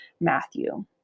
Matthew